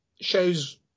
shows